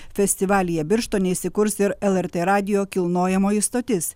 festivalyje birštone įsikurs ir lrt radijo kilnojamoji stotis